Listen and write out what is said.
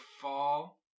fall